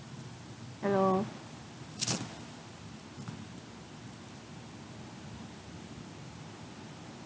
hello